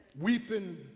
Weeping